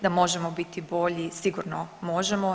Da možemo biti bolji, sigurno možemo.